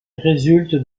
résulte